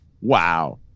Wow